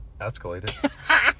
escalated